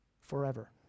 forever